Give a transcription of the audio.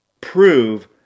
prove